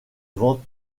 ventes